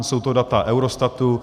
Jsou to data Eurostatu.